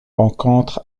rencontre